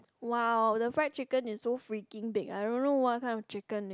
!wow! the fried chicken is so freaking big I don't know what kind of chicken they